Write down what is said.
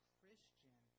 Christian